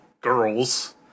girls